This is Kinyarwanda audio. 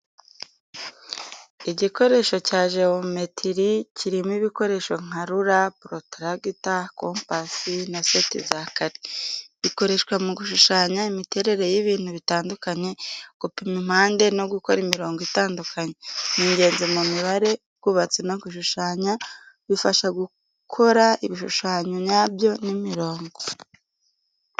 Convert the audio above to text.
Igikoresho cya jeyometiri kirimo ibikoresho nka rula, protractor, compass na seti za kare, bikoreshwa mu gushushanya imiterere y'ibntu bitandukanye, gupima impande no gukora imirongo itunganye. Ni ingenzi mu mibare, ubwubatsi no gushushanya, bifasha gukora ibishushanyo nyabyo n’imirongo.